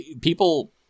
people